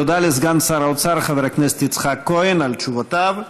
תודה לסגן שר האוצר חבר הכנסת יצחק כהן על תשובותיו.